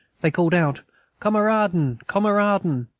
they called out kameraden! kameraden!